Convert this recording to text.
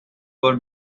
بار